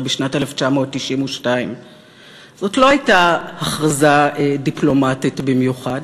בשנת 1992. זאת לא הייתה הכרזה דיפלומטית במיוחד.